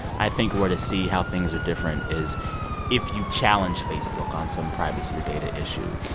i think where to see how things are different is if you challenge facebook on some privacy or data issue.